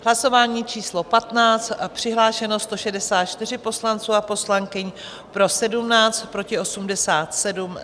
Hlasování číslo 15, přihlášeno 164 poslanců a poslankyň, pro 17, proti 87.